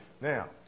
Now